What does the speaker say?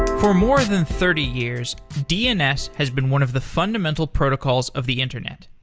for more than thirty years, dns has been one of the fundamental protocols of the internet.